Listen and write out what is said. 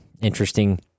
interesting